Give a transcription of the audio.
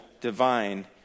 divine